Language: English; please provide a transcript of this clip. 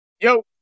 Yo